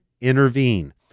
intervene